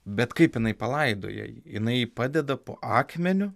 bet kaip jinai palaidoja jinai padeda po akmeniu